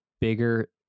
bigger